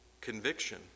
conviction